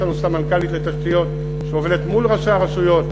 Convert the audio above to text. יש לנו סמנכ"לית לתשתיות שעובדת מול ראשי הרשויות.